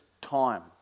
time